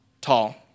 tall